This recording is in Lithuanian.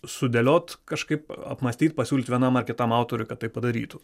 sudėliot kažkaip apmąstyt pasiūlyt vienam ar kitam autoriui kad tai padarytų